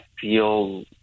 feel